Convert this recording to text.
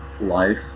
life